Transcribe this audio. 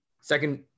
Second